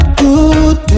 good